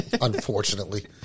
unfortunately